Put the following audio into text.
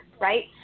right